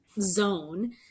zone